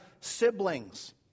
siblings